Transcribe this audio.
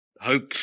hope